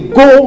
go